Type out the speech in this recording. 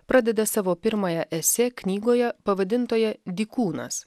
pradeda savo pirmąją esė knygoje pavadintoje dykūnas